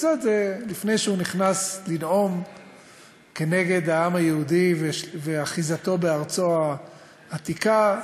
קצת לפני שהוא נכנס לנאום נגד העם היהודי ואחיזתו בארצו העתיקה,